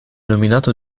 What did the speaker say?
nominato